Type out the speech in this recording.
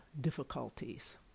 difficulties